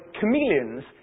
chameleons